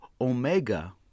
Omega